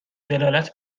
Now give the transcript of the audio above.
دلالت